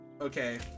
Okay